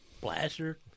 Blaster